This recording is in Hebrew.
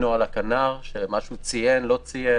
נוהל הכנ"ר ומה שהוא ציין או לא ציין?